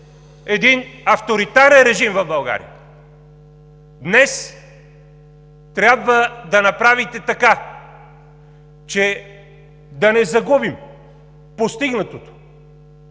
един авторитарен режим в България, днес трябва да направите така, че да не загубим постигнатото,